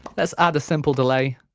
let's add a simple delay